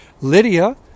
Lydia